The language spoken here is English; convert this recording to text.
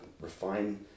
refine